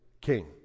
King